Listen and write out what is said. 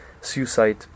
suicide